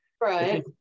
right